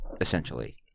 essentially